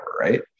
right